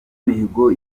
mihigo